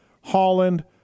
Holland